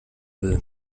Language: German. will